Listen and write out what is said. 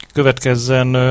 Következzen